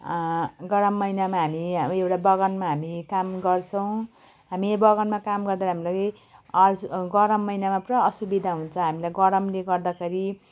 गरम महिनामा हामी हामी एउटा बगानमा हामी काम गर्छौँ हामी यो बगानमा काम गर्दा हामीलाई आल् गरम महिनामा पुरा असुविधा हुन्छ हामीलाई गरमले गर्दाखेरि